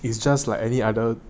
it's just like any other